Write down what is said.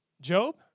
Job